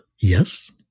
Yes